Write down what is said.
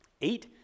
Eight